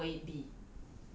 what would it be